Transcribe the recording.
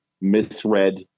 misread